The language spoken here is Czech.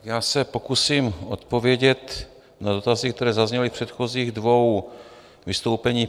Já se pokusím odpovědět na dotazy, které zazněly v předchozích dvou vystoupeních.